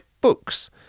books